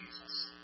Jesus